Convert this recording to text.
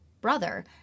brother